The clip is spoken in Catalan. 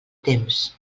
temps